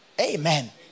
Amen